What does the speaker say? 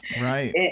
Right